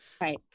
Right